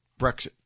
Brexit